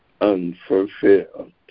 unfulfilled